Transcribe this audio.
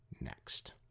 next